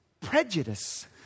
prejudice